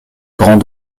grands